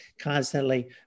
constantly